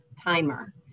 Timer